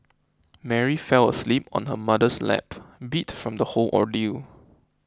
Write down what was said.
Mary fell asleep on her mother's lap beat from the whole ordeal